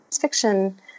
fiction